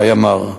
הימ"ר.